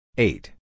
Eight